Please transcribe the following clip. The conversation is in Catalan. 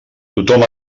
tothom